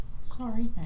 Sorry